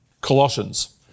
Colossians